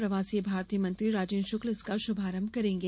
प्रवासीय भारतीय मंत्री राजेन्द्र शुक्ल इसका शुभारंभ करेंगे